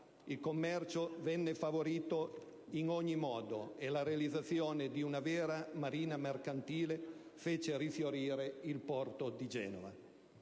Il commercio venne favorito in ogni modo e la realizzazione di una vera marina mercantile fece rifiorire il porto di Genova.